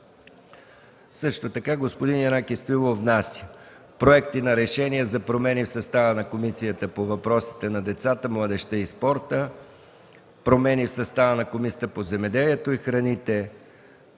Господин Янаки Стоилов внася проекти за решения: за промени в състава на Комисията по въпросите на децата, младежта и спорта, промени в състава на Комисията по земеделието и храните,